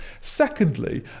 Secondly